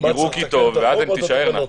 יראו כי טוב ואז הן תישארנה.